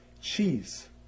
cheese